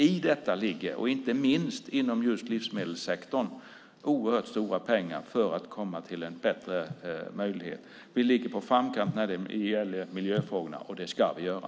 I detta ligger, inte minst inom just livsmedelssektorn, oerhört stora pengar för att man ska komma fram till en bättre möjlighet. Vi ligger i framkant när det gäller miljöfrågorna, och det ska vi göra.